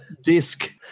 disc